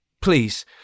Please